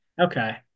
Okay